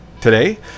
today